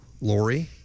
lori